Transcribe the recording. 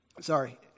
sorry